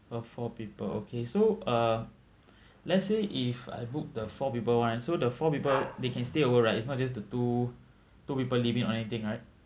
for four people okay so uh let's say if I book the four people [one] so the four people they can stay over right it's not just the two two people leaving or anything right